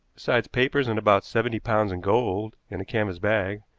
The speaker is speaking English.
besides papers and about seventy pounds in gold in a canvas bag,